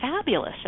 fabulous